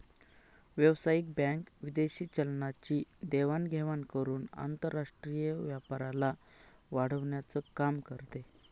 व्यावसायिक बँक विदेशी चलनाची देवाण घेवाण करून आंतरराष्ट्रीय व्यापाराला वाढवण्याचं काम करते